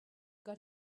got